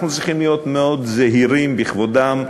אנחנו צריכים להיות מאוד זהירים בכבודם,